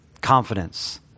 Confidence